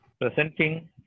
presenting